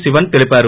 Sivan తెలీపారు